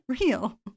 real